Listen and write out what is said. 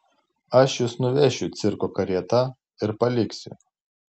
aš jus nuvešiu cirko karieta ir paliksiu